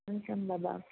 खुन सान बाबा